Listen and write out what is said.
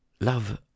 Love